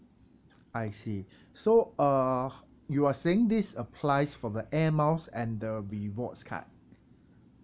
I see so uh you are saying this applies from the air miles and the rewards card